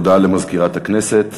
הודעה למזכירת הכנסת.